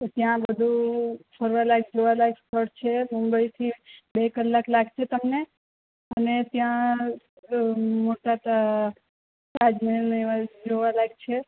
તો ત્યાં બધુ ફરવાલાયક જોવાલાયક સ્થળ છે મુંબઈ થી બે કલાક લાગશે તમને અને ત્યાં મોટાં તાજમહેલનેએ બધુ જોવાલાયક છે